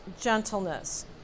gentleness